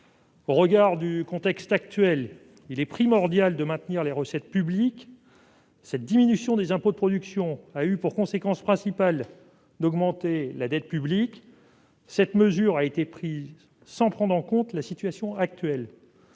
tenu du contexte actuel, il est primordial de maintenir les recettes publiques. Une telle baisse des impôts de production a eu pour conséquence principale d'augmenter la dette publique. La mesure a été décidée sans prise en compte de la situation. Notre